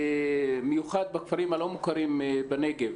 במיוחד בכפרים הלא מוכרים בנגב.